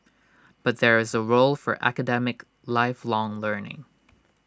but there is A role for academic lifelong learning